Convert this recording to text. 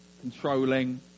controlling